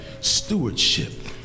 stewardship